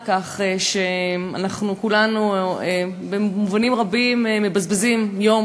אני מצרה על כך שאנחנו כולנו במובנים רבים מבזבזים יום